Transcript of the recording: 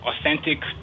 authentic